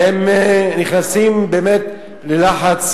והם נכנסים באמת ללחץ